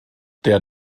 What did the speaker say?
der